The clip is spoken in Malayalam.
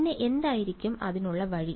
പിന്നെ എന്തായിരിക്കും അതിനുള്ള വഴി